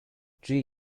three